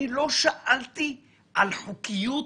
אני לא שאלתי על חוקיות